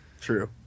True